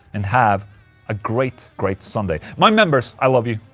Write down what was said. and have a great great sunday my members! i love you.